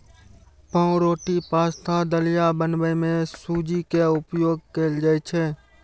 पावरोटी, पाश्ता, दलिया बनबै मे सूजी के उपयोग कैल जाइ छै